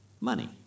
money